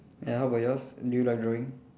ya how about yours do you like drawing